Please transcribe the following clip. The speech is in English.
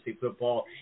football